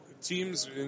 teams –